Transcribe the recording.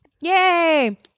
Yay